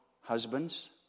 husband's